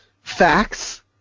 facts